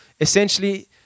Essentially